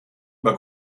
über